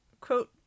quote